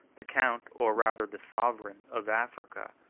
the count, or rather the sovereign, of africa,